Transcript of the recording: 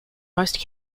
most